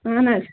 اَہَن حظ